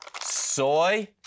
Soy